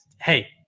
hey